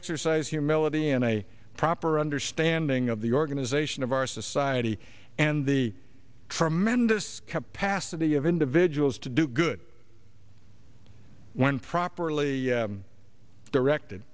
exercise humility and a proper understanding of the organization of our society and the tremendous capacity of individuals to do good when properly directed